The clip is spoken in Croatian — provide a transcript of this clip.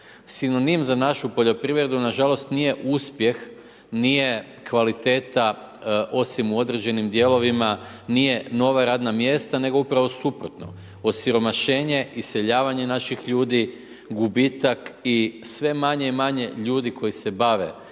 Sinonim za našu poljoprivredu nažalost nije uspjeh, nije kvaliteta osim u određenim dijelovima, nije nova radna mjesta nego upravo suprotno, osiromašenje, iseljavanje naših ljudi, gubitak i sve manje i manje ljudi koji se bave